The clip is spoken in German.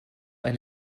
ein